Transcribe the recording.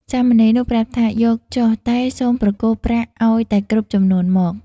សាមណេរនោះប្រាប់ថា "យកចុះ! តែសូមប្រគល់ប្រាក់ឲ្យតែគ្រប់ចំនួនមក"។